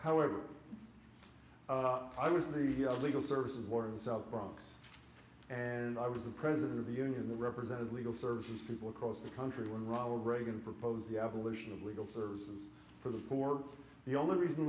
however i was in the legal services war in the south bronx and i was the president of the union the represented legal services people across the country when ronald reagan proposed the abolition of legal services for the poor the only reason